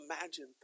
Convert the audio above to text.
imagine